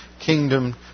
kingdom